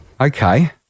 Okay